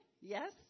Yes